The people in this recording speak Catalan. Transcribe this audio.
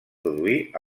produir